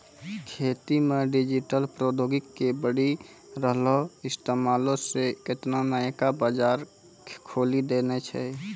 खेती मे डिजिटल प्रौद्योगिकी के बढ़ि रहलो इस्तेमालो से केतना नयका बजार खोलि देने छै